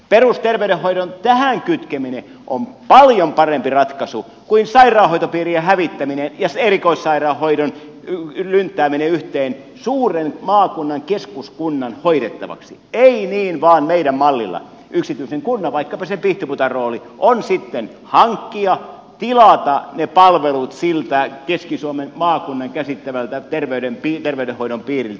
perusterveydenhoidon kytkeminen tähän on paljon parempi ratkaisu kuin sairaanhoitopiirien hävittäminen ja erikoissairaanhoidon lynttääminen suuren maakunnan keskuskunnan hoidettavaksi ei niin vaan meidän mallillamme yksityisen kunnan vaikkapa sen pihtiputaan rooli on sitten hankkia tilata ne palvelut siltä keski suomen maakunnan käsittävältä terveydenhoidon piiriltä